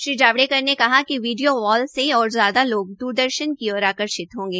श्री जावड़ेकर ने कहा कि वीडियो वाल से और ज्यादा लोगों द्रदर्शन की ओर आकर्षित होंगे